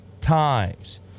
times